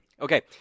Okay